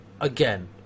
again